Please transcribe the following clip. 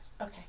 Okay